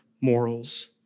morals